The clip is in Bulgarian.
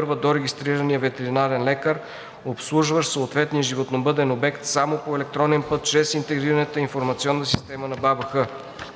1 до регистрирания ветеринарен лекар, обслужващ съответния животновъден обект, само по електронен път чрез Интегрираната информационна система на БАБХ.